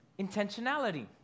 Intentionality